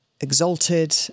Exalted